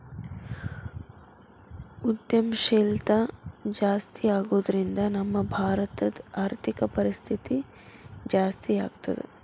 ಉದ್ಯಂಶೇಲ್ತಾ ಜಾಸ್ತಿಆಗೊದ್ರಿಂದಾ ನಮ್ಮ ಭಾರತದ್ ಆರ್ಥಿಕ ಪರಿಸ್ಥಿತಿ ಜಾಸ್ತೇಆಗ್ತದ